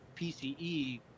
PCE